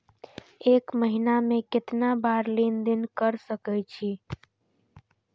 एक महीना में केतना बार लेन देन कर सके छी?